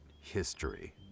history